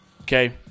Okay